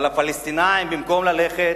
אבל הפלסטינים, במקום ללכת